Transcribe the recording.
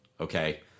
okay